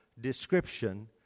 description